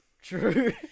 True